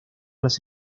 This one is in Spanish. las